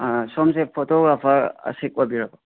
ꯑꯥ ꯁꯣꯝꯁꯦ ꯐꯣꯇꯣꯒ꯭ꯔꯥꯐꯔ ꯑꯁꯤꯞ ꯑꯣꯏꯕꯤꯔꯕꯣ